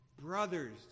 brothers